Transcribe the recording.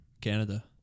Canada